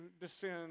descend